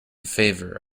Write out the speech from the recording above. favor